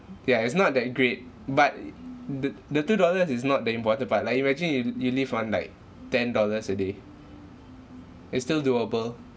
yeah it's not that great but it the the two dollars is not the important part like imagine if you you live on like ten dollars a day it's still doable